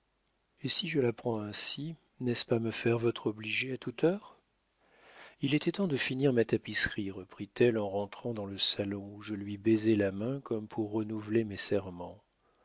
et si je la prends ainsi n'est-ce pas me faire votre obligée à toute heure il était temps de finir ma tapisserie reprit-elle en rentrant dans le salon où je lui baisai la main comme pour renouveler mes serments